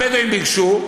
הבדואים ביקשו,